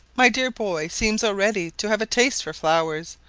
my dear boy seems already to have a taste for flowers,